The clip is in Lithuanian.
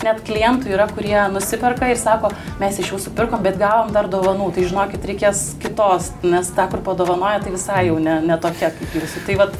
net klientų yra kurie nusiperka ir sako mes iš jūsų pirkom bet gavom dar dovanų tai žinokit reikės kitos nes tą kur padovanojo tai visai jau ne ne tokia kaip jūsų tai vat